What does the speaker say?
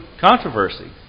controversy